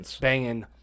banging